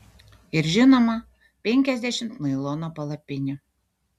ir žinoma penkiasdešimt nailono palapinių